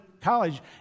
college